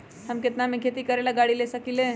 हम केतना में खेती करेला गाड़ी ले सकींले?